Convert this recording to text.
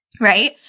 Right